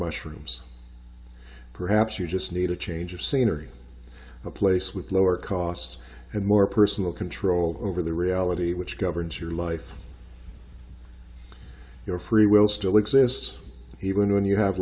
mushrooms perhaps you just need a change of scenery a place with lower costs and more personal control over the reality which governs your life your free will still exists even when you have